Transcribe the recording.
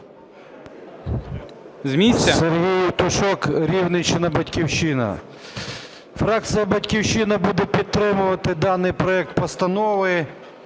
Сергій Євтушок, Рівненщина, "Батьківщина". Фракція "Батьківщина" буде підтримувати даний проект постанови